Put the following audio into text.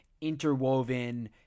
interwoven